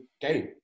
game